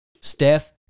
Steph